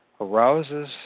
arouses